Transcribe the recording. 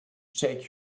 check